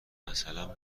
مثلا